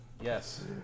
Yes